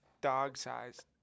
dog-sized